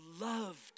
loved